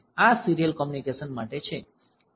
આ serial communication માટે છે